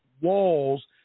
walls